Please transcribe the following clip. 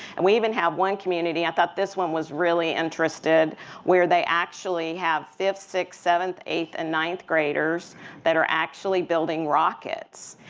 and we even have one community i thought this one was really interesting where they actually have fifth, sixth, seventh, eighth and ninth graders that are actually building rockets.